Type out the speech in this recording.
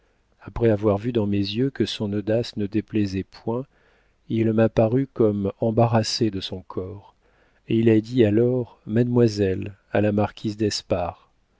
après avoir vu dans mes yeux que son audace ne déplaisait point il m'a paru comme embarrassé de son corps et il a dit alors mademoiselle à la marquise d'espard